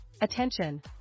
Attention